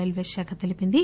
రైల్వేశాఖ తెలిపింది